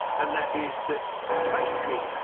and that is that basically